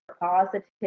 positive